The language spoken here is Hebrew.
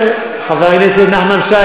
חבר הכנסת נחמן שי,